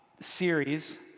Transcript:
series